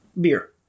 beer